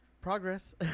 progress